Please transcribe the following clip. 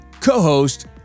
co-host